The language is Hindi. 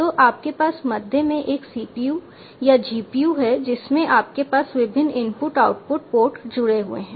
तो आपके पास मध्य में एक CPU या GPU है जिसमें आपके पास विभिन्न इनपुट आउटपुट पोर्ट जुड़े हुए हैं